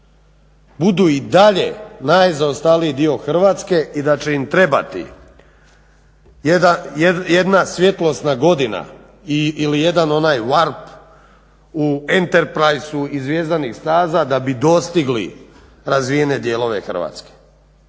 budu i dalje najzaostaliji dio Hrvatske i da će im trebati jedna svjetlosna godina ili jedan onaj warp u Enterpriseu iz Zvjezdanih staza da bi dostigli razvijene dijelove Hrvatske.